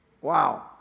Wow